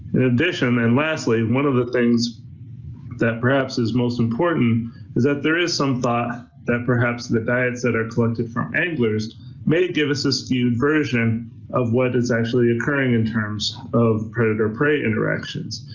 in addition and lastly, one of the things that perhaps is most important is that there is some thought that perhaps the diets that are collected from anglers may give us a skewed version of what is actually occurring in terms of predator prey interactions.